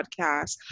podcast